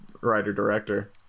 writer-director